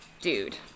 dude